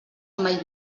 mai